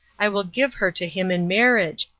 i will give her to him in marriage,